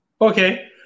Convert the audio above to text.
Okay